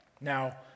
Now